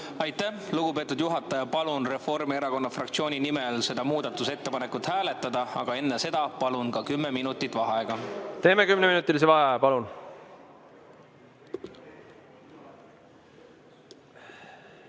Aitäh, lugupeetud juhataja! Palun Reformierakonna fraktsiooni nimel seda muudatusettepanekut hääletada, aga enne seda palun ka kümme minutit vaheaega. Teeme kümneminutilise vaheaja.